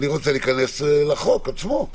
אני רוצה להיכנס לחוק עצמו.